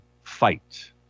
fight